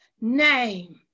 name